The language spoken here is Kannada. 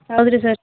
ಹೌದು ರೀ ಸರ್